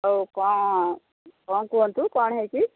ଆଉ କ'ଣ କ'ଣ କୁହନ୍ତୁ କ'ଣ ହୋଇଛି